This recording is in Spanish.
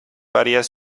varias